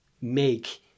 make